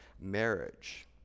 marriage